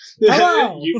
Hello